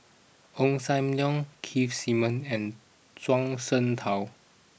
Ong Sam Leong Keith Simmons and Zhuang Shengtao